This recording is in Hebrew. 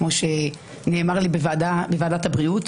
כמו שנאמר לי בוועדת הבריאות.